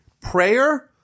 Prayer